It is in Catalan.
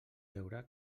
veure